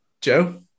Joe